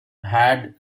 had